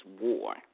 war